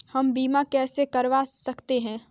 हम बीमा कैसे करवा सकते हैं?